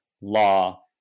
law